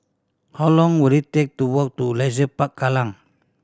how long will it take to walk to Leisure Park Kallang